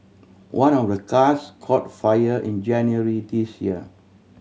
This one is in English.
one of the cars caught fire in January this year